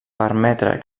permetre